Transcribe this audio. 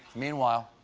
meanwhile,